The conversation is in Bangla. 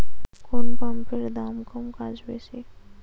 কোন পাম্পের দাম কম কাজ বেশি?